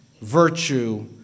virtue